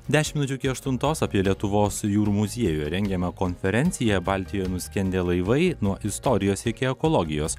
dešimt minučių iki aštuntos apie lietuvos jūrų muziejuje rengiamą konferenciją baltijoj nuskendę laivai nuo istorijos iki ekologijos